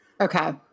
Okay